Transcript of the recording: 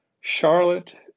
Charlotte